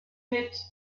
mit